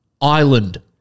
island